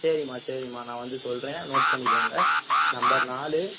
சரிம்மா சரிம்மா நான் வந்து சொல்கிறேன் நோட் பண்ணிக்கோங்கள் நம்பர் நாலு